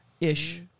Ish